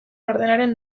ordenaren